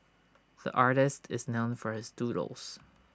the artist is known for his doodles